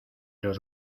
los